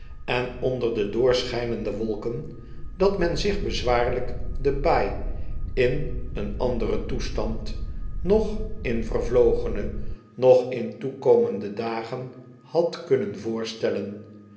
en onder de doorschijnende wolken dat men zich bezwaarlijk de baai in een anderen toestand noch in vervlogene noch in toekomende dagen had kunnen voorstellen